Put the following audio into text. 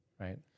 right